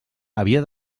havia